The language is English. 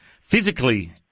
physically